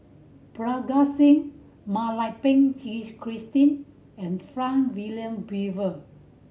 Parga Singh Mak Lai Peng Christine and Frank Wilmin Brewer